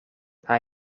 hij